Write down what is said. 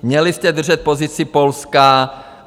Měli jste držet pozici Polska.